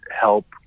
help